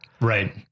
Right